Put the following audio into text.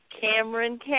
Cameron